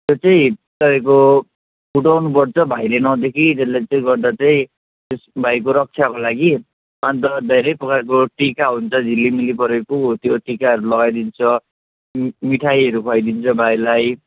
त्यो चाहिँ तपाईँको फुटाउनुपर्छ भाइले नदेखी त्यसले चाहिँ गर्दाखेरि चाहिँ भाइको रक्षाको लागि अनि त धेरै प्रकारको टिका हुन्छ झिलिमिली परेको त्यो टिकाहरू लागाइदिन्छ म् मिठाईहरू ख्वाइदिन्छ भाइलाई